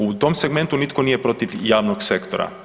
U tom segmentu nitko nije protiv javnog sektora.